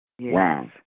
Wow